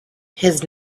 his